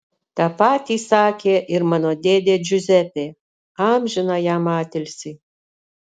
tą patį sakė ir mano dėdė džiuzepė amžiną jam atilsį